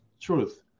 truth